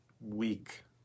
weak